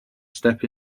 step